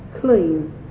clean